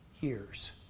years